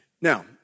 Now